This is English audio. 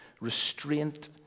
restraint